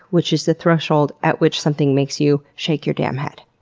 which is the threshold at which something makes you shake your damn head.